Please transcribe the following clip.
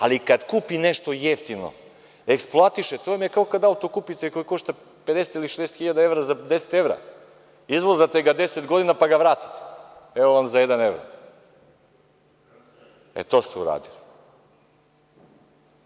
Ali, kad kupi nešto jeftino, eksploatiše, to vam je kao kad kupite auto koji košta 50 ili 60.000 evra za 10 evra, izvozate ga 10 godina, pa ga vratite, evo vam za jedan evro, e, to ste uradili.